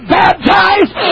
baptized